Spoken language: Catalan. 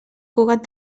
cugat